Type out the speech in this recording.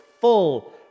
full